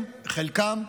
חלקם,